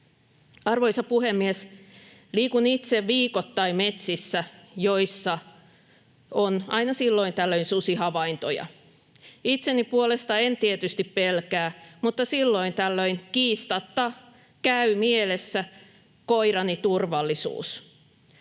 Arvoisa puhemies! Liikun itse viikoittain metsissä, joissa on aina silloin tällöin susihavaintoja. Itseni puolesta en tietysti pelkää, mutta silloin tällöin kiistatta käy mielessä koirani turvallisuus.